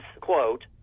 quote